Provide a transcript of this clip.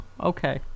Okay